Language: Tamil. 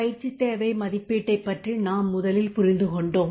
பயிற்சித் தேவை மதிப்பீட்டைப் பற்றி நாம் முதலில் புரிந்து கொண்டோம்